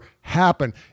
happen